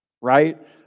right